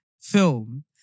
film